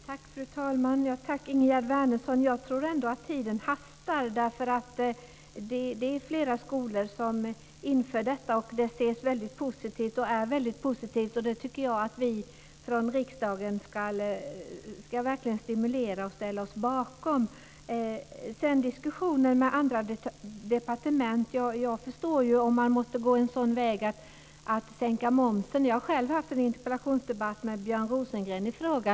Fru talman! Tack, Ingegerd Wärnesson. Jag tror ändå att tiden hastar, därför att det är flera skolor som inför trafikutbildning. Det ses som väldigt positivt och är väldigt positivt. Därför tycker jag att vi från riksdagen verkligen ska stimulera och ställa oss bakom detta. När det gäller diskussionen med andra departement förstår jag om man måste välja en sådan väg som att sänka momsen. Jag har haft en interpellationsdebatt med Björn Rosengren i frågan.